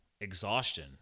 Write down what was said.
exhaustion